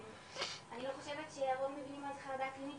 אני לא חושבת שהרוב מבינים מה זה חרדה אקלימית,